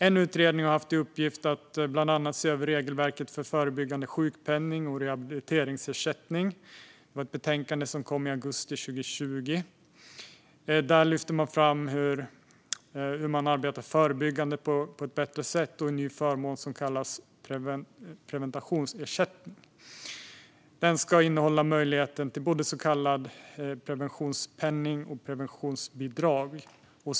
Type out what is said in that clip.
En utredning har bland annat haft i uppgift att se över regelverket för förebyggande sjukpenning och rehabiliteringsersättning. Det betänkandet kom i augusti 2020. Där lyftes fram hur man arbetar förebyggande på ett bättre sätt och en ny förmån som kallas preventionsersättning. Den ska innehålla möjligheten till både så kallad preventionspenning och preventionsbidrag.